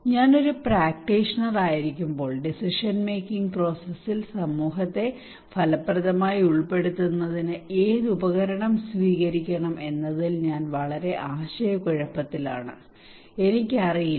ഞാൻ ഒരു പ്രാക്ടീഷണറായിരിക്കുമ്പോൾ ഡിസിഷൻ മേക്കിങ് പ്രോസസ്സിൽ സമൂഹത്തെ ഫലപ്രദമായി ഉൾപ്പെടുത്തുന്നതിന് ഏത് ഉപകരണം സ്വീകരിക്കണം എന്നതിൽ ഞാൻ വളരെ ആശയക്കുഴപ്പത്തിലാണ് എനിക്കറിയില്ല